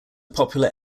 popular